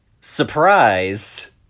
Surprise